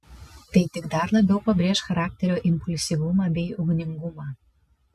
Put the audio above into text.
tai tik dar labiau pabrėš charakterio impulsyvumą bei ugningumą